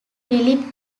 philip